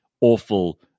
awful